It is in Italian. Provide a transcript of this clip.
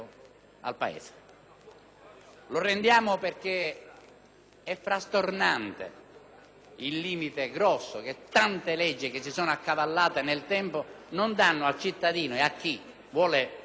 rappresentato dal fatto che tante leggi, che si sono accavallate nel tempo, non consentono al cittadino, e a chi vuole mettersi dentro le leggi e conoscerle con una certa facilità,